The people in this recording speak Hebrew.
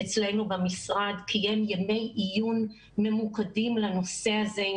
אצלנו במשרד קיים ימי עיון ממוקדים לנושא הזה עם